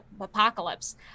apocalypse